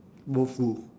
both full